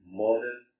modern